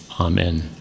amen